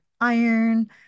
iron